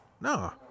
No